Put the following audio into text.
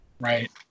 Right